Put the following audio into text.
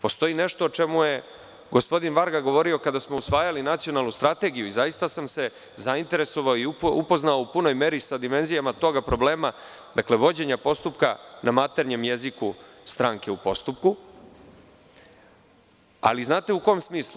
Postoji nešto o čemu je gospodin Varga govorio kada smo usvajali nacionalnu strategiju i zaista sam se zainteresovao i upoznao u punoj meri sa dimenzijama tog problema, vođenja postupka na maternjem jeziku stranke u postupku, ali znate u kom smislu?